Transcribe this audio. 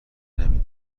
نمی